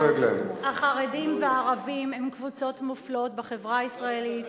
החרדים והערבים הם קבוצות מופלות בחברה הישראלית.